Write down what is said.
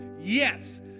Yes